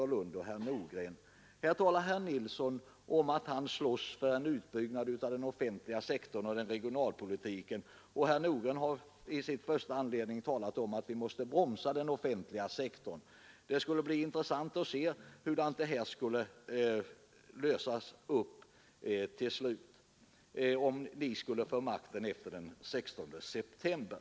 Sedan sade herr Nilsson i Tvärålund att han slåss för regionalpolitiken och för en utbyggnad av den offentliga sektorn, men herr Nordgren sade i sitt första anförande att vi måste bromsa den offentliga sektorns expansion. Det vore onekligen intressant att se hur de problemen löstes, om ni fick makten efter den 16 september!